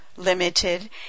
Limited